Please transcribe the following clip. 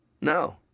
No